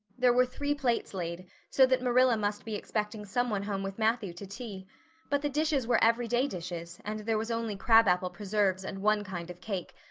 there were three plates laid, so that marilla must be expecting some one home with matthew to tea but the dishes were everyday dishes and there was only crab-apple preserves and one kind of cake,